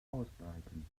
ausbreiten